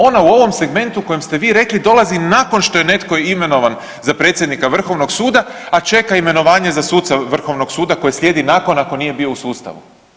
Ona u ovom segmentu u kojem ste vi rekli dolazi nakon što je netko imenovan za predsjednika Vrhovnog suda a čeka imenovanje za sudca Vrhovnog suda koje slijedi nakon ako nije bio u sustavu.